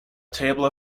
table